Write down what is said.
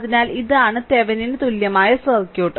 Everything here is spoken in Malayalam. അതിനാൽ ഇതാണ് തെവെനിൻ തുല്യമായ സർക്യൂട്ട്